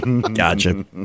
Gotcha